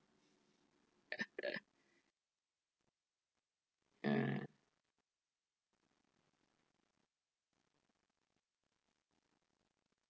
mm